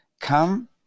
come